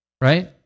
Right